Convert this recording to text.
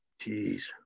Jeez